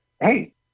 hey